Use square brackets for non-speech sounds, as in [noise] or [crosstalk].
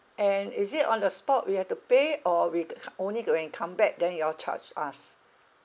and is it on the spot we have to pay or we [noise] only when we come back then you all charge us